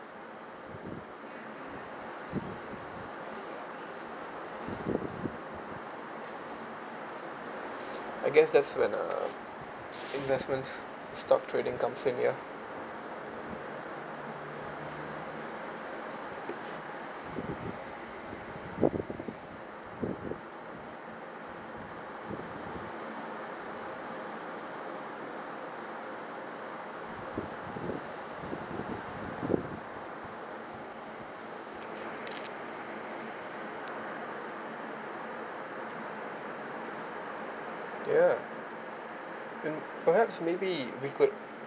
I guess that's when uh investment stock trading comes in ya ya in perhaps maybe we could